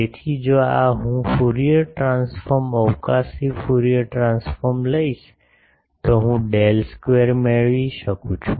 તેથી જો આ હું ફ્યુરિયર ટ્રાન્સફોર્મ અવકાશી ફ્યુરિયર ટ્રાન્સફોર્મ લઈશ તો હું ડેલ સ્ક્વેર મેળવી શકું છું